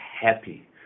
happy